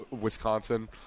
Wisconsin